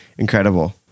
Incredible